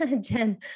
Jen